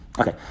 Okay